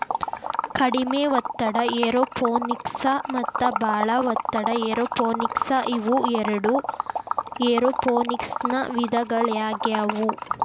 ಕಡಿಮೆ ಒತ್ತಡ ಏರೋಪೋನಿಕ್ಸ ಮತ್ತ ಬಾಳ ಒತ್ತಡ ಏರೋಪೋನಿಕ್ಸ ಇವು ಎರಡು ಏರೋಪೋನಿಕ್ಸನ ವಿಧಗಳಾಗ್ಯವು